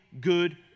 good